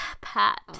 Pat